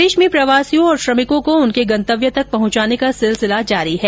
प्रदेश में प्रवासियों और श्रमिकों को उनके गंतव्य तक पहुंचाने का सिलसिला जारी है